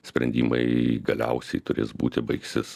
sprendimai galiausiai turės būti baigsis